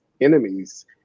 enemies